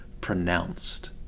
pronounced